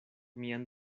mian